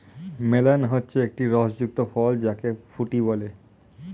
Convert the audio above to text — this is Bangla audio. মেলন হচ্ছে একটি রস যুক্ত ফল যাকে ফুটি বলে